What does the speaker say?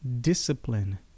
discipline